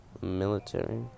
Military